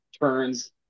turns